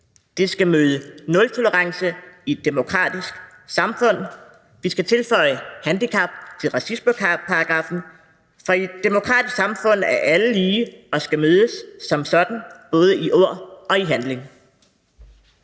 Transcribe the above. det skal møde nultolerance i et demokratisk samfund. Vi skal tilføje ordet handicap til racismeparagraffen, for i et demokratisk samfund er alle lige og skal mødes som sådan, både i ord og i handling.